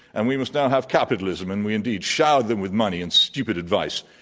and we must now have capitalism. and we indeed showered them with money and stupid advice,